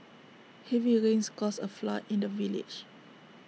heavy rains caused A flood in the village